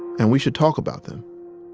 and we should talk about them